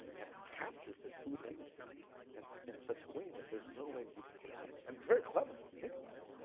have captured the food industry and so in such a way that there's no way that we can pull out of it. and it's very clever, if you think about it.